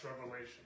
revelation